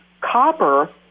copper